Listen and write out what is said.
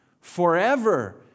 forever